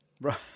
Right